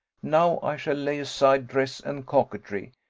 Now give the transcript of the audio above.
now i shall lay aside dress and coquetry,